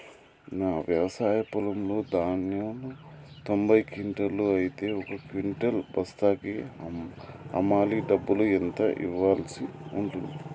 నా వ్యవసాయ పొలంలో ధాన్యాలు తొంభై క్వింటాలు అయితే ఒక క్వింటా బస్తాకు హమాలీ డబ్బులు ఎంత ఇయ్యాల్సి ఉంటది?